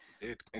Dude